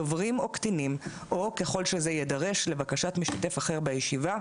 דוברים או קטינים או ככל שזה יידרש לבקשת משתתף אחר בישיבה,